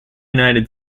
united